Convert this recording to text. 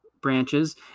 branches